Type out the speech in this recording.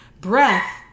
Breath